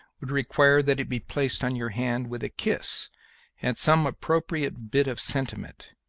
would require that it be placed on your hand with a kiss and some appropriate bit of sentiment,